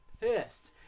pissed